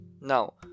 now